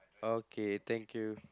okay thank you